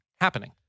happening